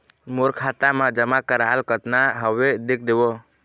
मोर खाता मा जमा कराल कतना हवे देख देव?